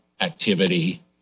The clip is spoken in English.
activity